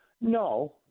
no